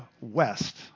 west